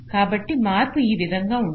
కాబట్టి మార్పు ఈ విధం గా ఉంటుంది